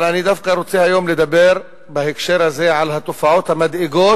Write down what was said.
אבל אני דווקא רוצה היום לדבר בהקשר הזה על התופעות המדאיגות